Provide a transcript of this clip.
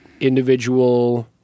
individual